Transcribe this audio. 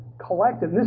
collective